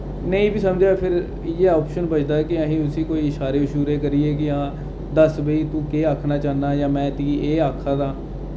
नेईं बी समझदा फ्ही इ'यै आप्शन बचदा कि अस उस्सी कोई इशारे अशूरे करियै कि हां दस्स भाई तूं केह् आखना चाह्न्ना जां में तुगी एह् आखा दा आं